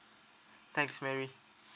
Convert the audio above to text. thanks mary